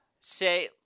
say